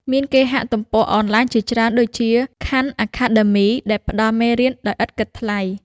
មានគេហទំព័រអនឡាញជាច្រើនដូចជា ខាន់ អាខេដដឺមី (Khan Academy) ដែលផ្តល់មេរៀនដោយឥតគិតថ្លៃ។